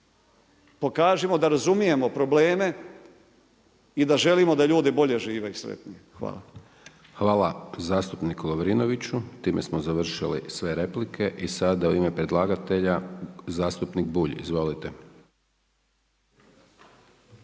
Pokažimo da razumijemo probleme i da želimo da ljudi bolji žive i sretnije. Hvala. **Hajdaš Dončić, Siniša (SDP)** Hvala zastupniku Lovrinoviću. Time smo završili sve replike i sada u ime predlagatelja zastupnik Bulj. Izvolite.